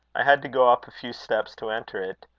i had to go up a few steps to enter it.